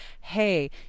hey